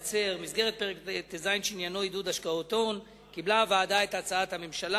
במסגרת פרק ט"ז שעניינו עידוד השקעות הון קיבלה הוועדה את בקשת הממשלה